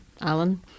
Alan